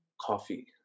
coffee